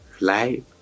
life